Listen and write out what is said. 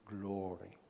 glory